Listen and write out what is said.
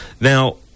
now